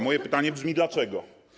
Moje pytanie brzmi: Dlaczego?